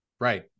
right